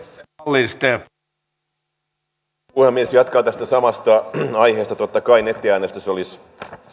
arvoisa puhemies jatkan tästä samasta aiheesta totta kai nettiäänestys olisi